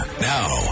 Now